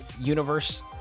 universe